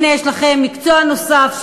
הנה יש לכם מקצוע נוסף.